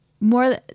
more